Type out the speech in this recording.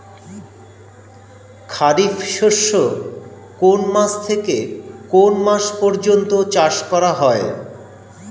খারিফ শস্য কোন মাস থেকে কোন মাস পর্যন্ত চাষ করা হয়?